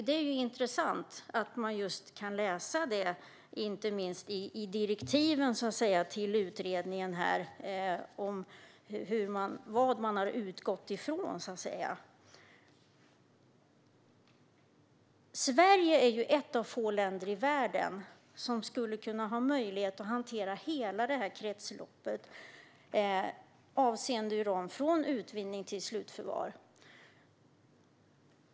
Det är intressant att man kan läsa i direktiven till utredningen vad man har utgått från. Sverige är ett av få länder i världen som skulle kunna ha möjlighet att hantera hela kretsloppet avseende uran, från utvinning till slutförvar.